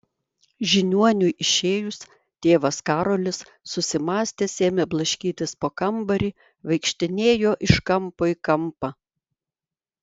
žiniuoniui išėjus tėvas karolis susimąstęs ėmė blaškytis po kambarį vaikštinėjo iš kampo į kampą